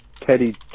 Teddy